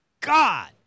God